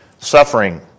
suffering